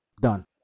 Done